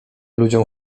ludziom